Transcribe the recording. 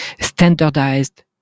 standardized